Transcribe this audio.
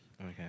Okay